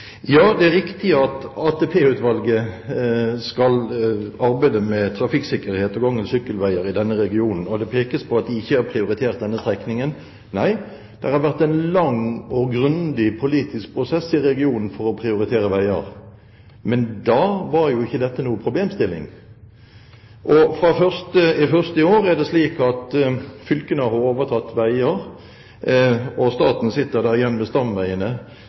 Det er riktig at ATP-utvalget skal arbeide med trafikksikkerhet og gang- og sykkelveier i denne regionen, og det pekes på at de ikke har prioritert denne strekningen. Nei, det har vært en lang og grundig politisk prosess i regionen for å prioritere veier, men da var jo ikke dette noen problemstilling. Fra 1. januar i år er det slik at fylkene har overtatt ansvaret for veier, og staten sitter da igjen med stamveiene.